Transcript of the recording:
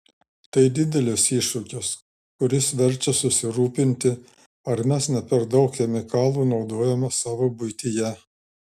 tai didelis iššūkis kuris verčia susirūpinti ar mes ne per daug chemikalų naudojame savo buityje